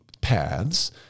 paths